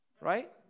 Right